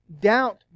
doubt